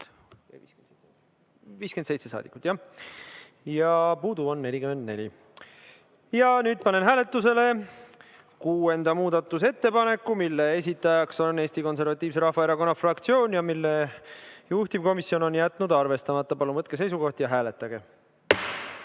57 saadikut ja puudu on 44.Nüüd panen hääletusele kuuenda muudatusettepaneku, mille esitaja on Eesti Konservatiivse Rahvaerakonna fraktsioon ja mille juhtivkomisjon on jätnud arvestamata. Palun võtke seisukoht ja hääletage!